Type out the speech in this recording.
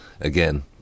again